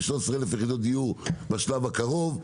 13,000 יחידות דיור בשלב הקרוב,